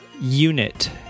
unit